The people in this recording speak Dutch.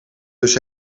dus